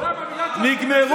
כן,